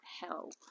help